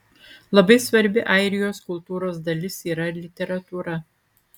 labai svarbi airijos kultūros dalis yra literatūra